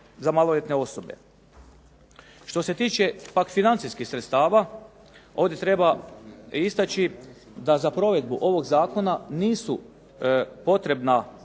za maloljetne osobe. Što se tiče pak financijskih sredstava ovdje treba istaći da za provedbu ovog zakona nisu potrebna